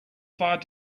fired